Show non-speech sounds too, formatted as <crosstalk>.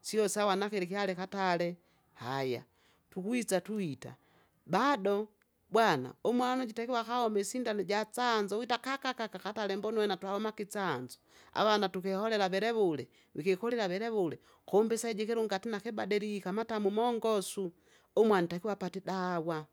Sio sawa nakili ikyaleka atare haya, tukwisa tuita, bado, bwana umwana uju itakiwa akaome isindano ijatsanzo wita <unintelligible> katale mbona uwena twahomake itsanzo, avana tukiholela velevule, vikikulila velevule, kumbe isaiji ikilunga tena tena kibadilike, amatamu mongosu, umwe antakiwa apate idawa,